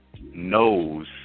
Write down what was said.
knows